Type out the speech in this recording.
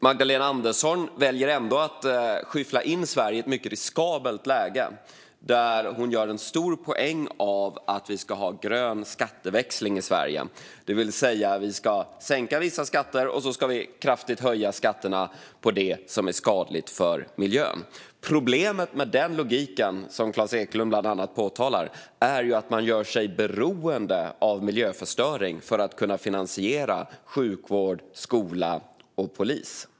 Magdalena Andersson väljer ändå att skyffla in Sverige i ett mycket riskabelt läge, där hon gör en stor poäng av att vi ska ha grön skatteväxling i Sverige. Vi ska alltså sänka vissa skatter och kraftigt höja skatterna på det som är skadligt för miljön. Problemet med den logiken är, vilket Klas Eklund bland annat påtalar, att man gör sig beroende av miljöförstöring för att kunna finansiera sjukvård, skola och polis.